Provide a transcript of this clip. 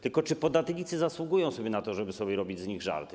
Tylko czy podatnicy zasługują na to, żeby sobie robić z nich żarty?